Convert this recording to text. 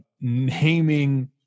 naming